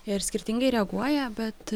ir skirtingai reaguoja bet